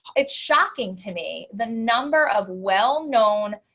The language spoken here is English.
it's shocking to me the number of well known.